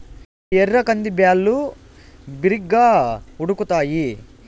ఇవి ఎర్ర కంది బ్యాళ్ళు, బిరిగ్గా ఉడుకుతాయి